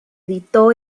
editó